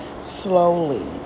slowly